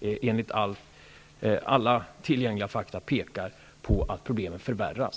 enligt alla tillgängliga fakta tyvärr tyder på att problemen förvärras.